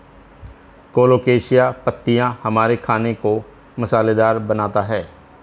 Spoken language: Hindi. कोलोकेशिया पत्तियां हमारे खाने को मसालेदार बनाता है